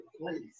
place